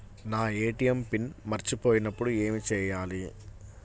నా ATM PIN మర్చిపోయినప్పుడు ఏమి చేయాలి?